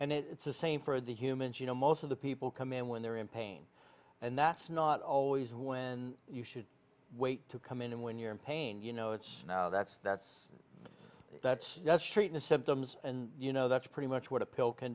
and it's the same for the humans you know most of the people come in when they're in pain and that's not always when you should wait to come in and when you're in pain you know it's now that's that's that's just treating symptoms and you know that's pretty much what a pill can